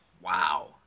Wow